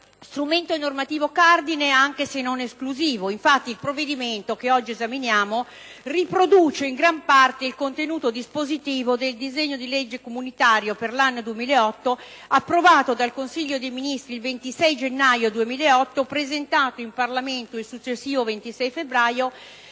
Strumento normativo cardine, anche se non esclusivo: infatti, il provvedimento che oggi esaminiamo riproduce in gran parte il contenuto dispositivo del disegno di legge comunitaria per l'anno 2008 approvato dal Consiglio dei ministri il 26 gennaio 2008, presentato in Parlamento il successivo 26 febbraio,